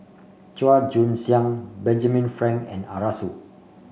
Chua Joon Siang Benjamin Frank and Arasu